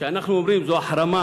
כשאנחנו אומרים: זו החרמה,